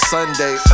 Sunday